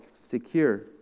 secure